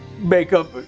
makeup